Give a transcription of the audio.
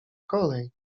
kolej